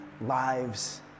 lives